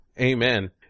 amen